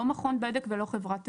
לא מכון בדק ולא חברת תעופה.